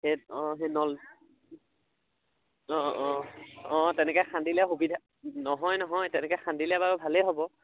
সেই অঁ সেই নল অঁ অঁ অঁ তেনেকৈ খান্দিলে সুবিধা নহয় নহয় তেনেকৈ খান্দিলে বাৰু ভালেই হ'ব